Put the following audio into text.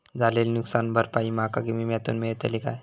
झालेली नुकसान भरपाई माका विम्यातून मेळतली काय?